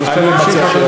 מה אתה מציע?